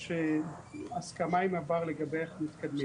יש הסכמה עם משרד הבריאות לגבי איך מתקדמים.